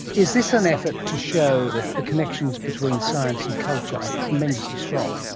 is this an effort to show that the connections between science and culture are tremendously strong?